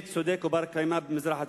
שלום-אמת, צודק ובר-קיימא במזרח התיכון.